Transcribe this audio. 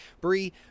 Bree